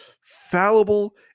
fallible